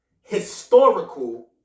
historical